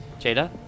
Jada